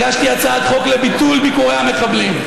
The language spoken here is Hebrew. הגשתי הצעת חוק לביטול ביקורי המחבלים.